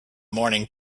morning